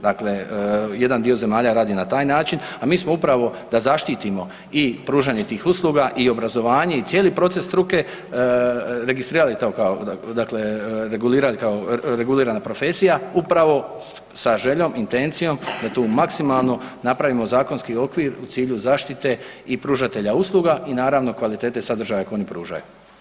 Dakle, jedan dio zemalja radi na taj način, a mi smo upravo da zaštitimo i pružanje tih usluga i obrazovanje i cijeli proces struke registrirali to, regulirali to kao regulirana profesija upravo sa željom intencijom da to u maksimalno napravimo u zakonski okvir u cilju zaštite i pružatelja usluga i naravno kvalitete sadržaja koje oni pružaju.